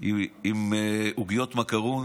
עם עוגיות מקרון